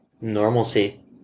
normalcy